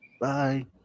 Bye